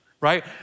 Right